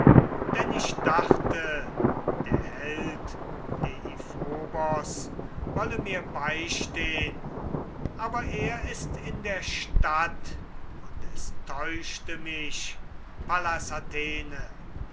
denn ich dachte der held dephobos wolle mir beistehn aber er ist in der stadt und es täuschte mich pallas